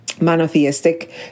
Monotheistic